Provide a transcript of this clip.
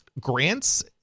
grants